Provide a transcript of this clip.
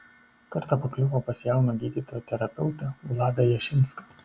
kartą pakliuvo pas jauną gydytoją terapeutą vladą jašinską